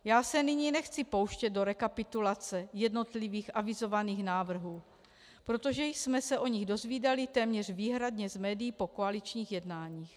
Já se nyní nechci pouštět do rekapitulace jednotlivých avizovaných návrhů, protože jsme se o nich dozvídali téměř výhradně z médií po koaličních jednáních.